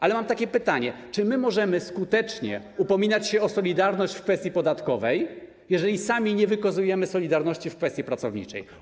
Ale mam takie pytanie: Czy my możemy skutecznie upominać się o solidarność w kwestii podatkowej, jeżeli sami nie wykazujemy solidarności w kwestii pracowniczej?